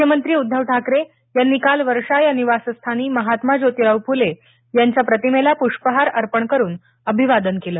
मुख्यमंत्री उद्धव ठाकरे यांनी काल वर्षा या निवासस्थानी महात्मा जोतिराव फुले यांच्या प्रतिमेला पूष्पहार अर्पण करून अभिवादन केलं